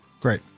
Great